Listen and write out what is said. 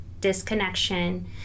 disconnection